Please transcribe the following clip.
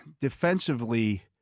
defensively